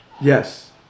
Yes